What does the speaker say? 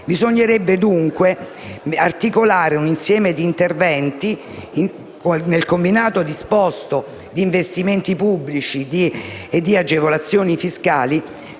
Bisognerebbe dunque articolare un insieme di interventi, con un combinato disposto di investimenti pubblici e agevolazioni fiscali,